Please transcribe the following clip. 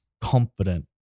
confident